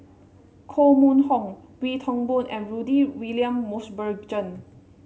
Koh Mun Hong Wee Toon Boon and Rudy William Mosbergen